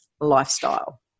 lifestyle